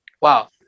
Wow